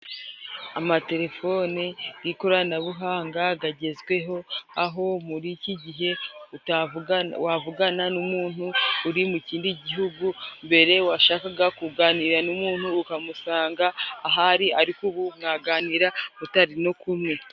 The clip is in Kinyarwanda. Amaterefone y'ikoranabuhanga gagezweho，aho muri iki gihe wavugana n'umuntu uri mu kindi gihugu，mbere washakaga kuganira n'umuntu ukamusanga aho ari，ariko ubu mwaganira mutari no kumwe.